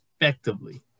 effectively